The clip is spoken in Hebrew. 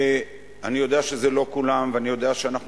ואני יודע שזה לא כולם ואני יודע שאנחנו